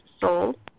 sold